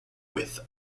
with